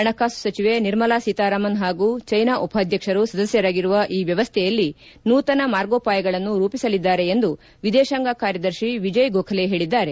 ಹಣಕಾಸು ಸಚಿವೆ ನಿರ್ಮಲಾ ಸೀತಾರಾಮನ್ ಹಾಗೂ ಜೈನಾ ಉಪಾಧ್ಯಕ್ಷರು ಸದಸ್ಯರಾಗಿರುವ ಈ ವ್ಯವಸ್ವೆಯಲ್ಲಿ ನೂತನ ಮಾರ್ಗೋಪಾಯಗಳನ್ನು ರೂಪಿಸಲಿದ್ದಾರೆ ಎಂದು ವಿದೇಶಾಂಗ ಕಾರ್ಯದರ್ಶಿ ವಿಜಯ್ ಗೋಖಲೆ ಹೇಳಿದ್ದಾರೆ